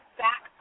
back